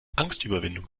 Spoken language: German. angstüberwindung